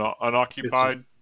Unoccupied